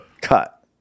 cut